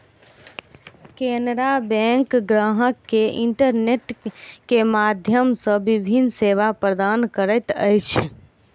Canara bank ग्राहक के internet के माध्यम सॅ विभिन्न सेवा प्रदान करैत अछि